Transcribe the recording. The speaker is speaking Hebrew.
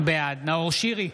בעד נאור שירי,